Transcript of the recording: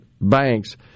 banks